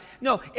No